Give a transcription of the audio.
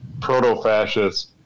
proto-fascists